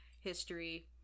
history